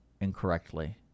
incorrectly